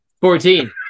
Fourteen